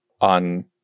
on